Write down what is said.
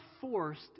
forced